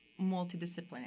multidisciplinary